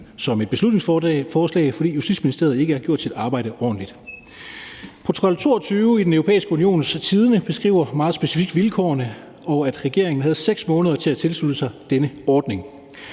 som et beslutningsforslag, fordi Justitsministeriet ikke har gjort sit arbejde ordentligt. Protokol 22 i Den Europæiske Unions Tidende beskriver meget specifikt vilkårene, og at regeringen havde 6 måneder til at tilslutte sig denne ordning.